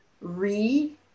re